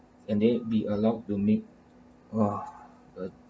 and they be allowed to make ah